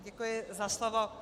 Děkuji za slovo.